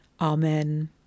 Amen